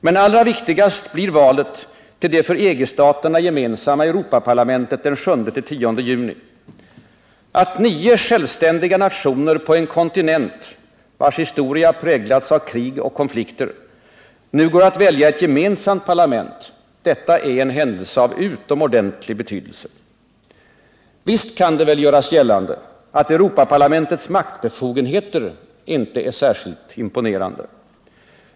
Men allra viktigast blir valet till det för EG-staterna gemensamma Europaparlamentet den 7-10 juni. Att nio självständiga nationer på en kontinent, vars historia präglats av krig och konflikter, nu går att välja ett gemensamt parlament, detta är en händelse av utomordentlig betydelse. Visst kan det väl göras gällande, att Europaparlamentets maktbefogenheter inte är särskilt imponerande.